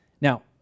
Now